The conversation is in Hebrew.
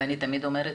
אני תמיד אומרת,